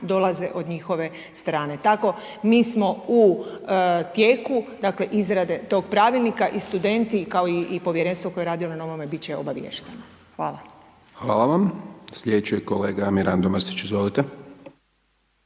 dolaze od njihove strane. Tako mi smo u tijeku dakle izrade tog pravilnika i studenti kao i povjerenstvo koje je radilo na ovome biti će obavješteno. Hvala. **Hajdaš Dončić, Siniša (SDP)** Hvala vam. Sljedeći je kolega Mirando Mrsić, izvolite.